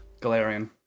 Galarian